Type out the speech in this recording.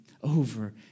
over